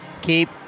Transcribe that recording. keep